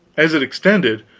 as it extended,